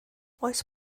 oes